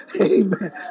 Amen